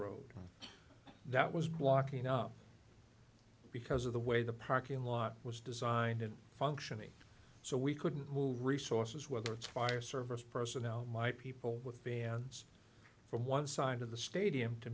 road that was blocking up because of the way the parking lot was designed it functioning so we couldn't move resources whether it's fire service personnel my people with bands from one side of the stadium to